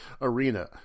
arena